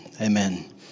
Amen